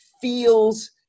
feels